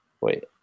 Wait